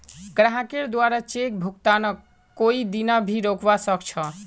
ग्राहकेर द्वारे चेक भुगतानक कोई दीना भी रोकवा सख छ